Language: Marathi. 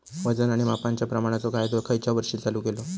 वजन आणि मापांच्या प्रमाणाचो कायदो खयच्या वर्षी चालू केलो?